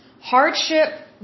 hardship